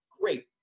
Great